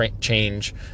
change